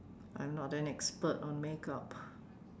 I'm not an expert on makeup